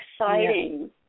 exciting